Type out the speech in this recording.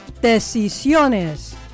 Decisiones